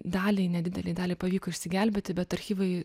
daliai nedidelei daliai pavyko išsigelbėti bet archyvai